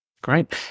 Great